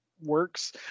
works